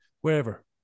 wherever